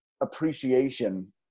appreciation